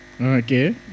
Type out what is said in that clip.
Okay